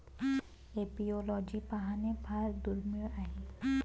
apiology पाहणे फार दुर्मिळ आहे